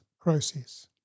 process